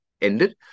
ended